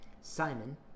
Simon